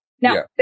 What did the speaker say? now